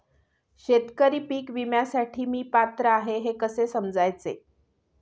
शेतकरी पीक विम्यासाठी मी पात्र आहे हे कसे समजायचे?